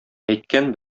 әйткән